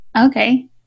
Okay